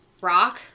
rock